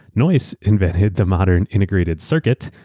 noyce invented the modern integrated circuit,